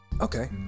Okay